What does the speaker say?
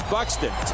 Buxton